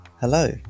Hello